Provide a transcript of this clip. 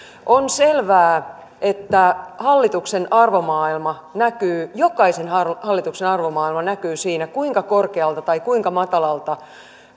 on selvää että hallituksen arvomaailma näkyy jokaisen hallituksen arvomaailma näkyy siinä kuinka korkealta tai kuinka matalalta